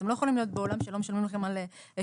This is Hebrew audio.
אתם לא יכולים להיות בעולם שלא משלמים לכם על שעות.